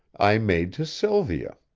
i made to sylvia.